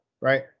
Right